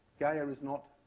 gaia is not